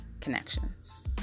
connections